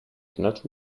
cannot